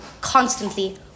constantly